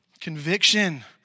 Conviction